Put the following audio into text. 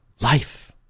life